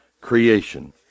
creation